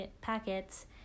packets